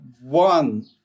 One